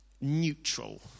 neutral